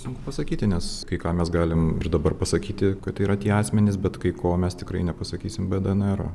sunku pasakyti nes kai ką mes galim ir dabar pasakyti kad tai yra tie asmenys bet kai ko mes tikrai nepasakysim be dnro